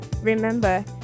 Remember